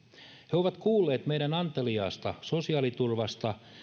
he ovat kuulleet meidän anteliaasta sosiaaliturvasta